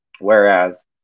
whereas